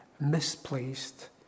misplaced